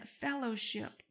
fellowship